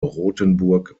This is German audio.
rotenburg